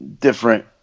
different